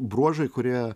bruožai kurie